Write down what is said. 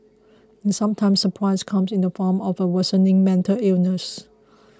and sometimes price comes in the form of a worsening mental illness